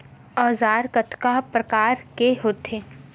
औजार कतना प्रकार के होथे?